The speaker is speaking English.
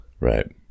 Right